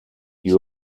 you